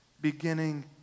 beginning